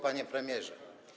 Panie Premierze!